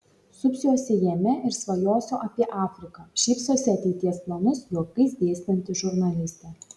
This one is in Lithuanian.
supsiuosi jame ir svajosiu apie afriką šypsosi ateities planus juokais dėstanti žurnalistė